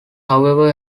however